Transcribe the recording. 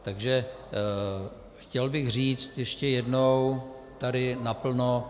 Takže chtěl bych říct ještě jednou tady naplno: